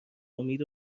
امید